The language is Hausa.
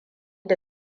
da